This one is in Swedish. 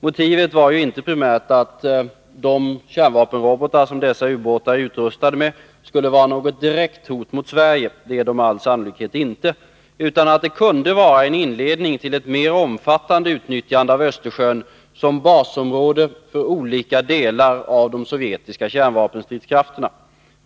Motivet var inte primärt att de kärnvapenrobotar som dessa ubåtar är utrustade med skulle vara något direkt hot mot Sverige — det är de med all sannolikhet inte — utan att de kunde vara en inledning till ett mer omfattande utnyttjande av Östersjön som basområde för olika delar av de sovjetiska kärnvapenstridskrafterna.